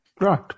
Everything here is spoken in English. Right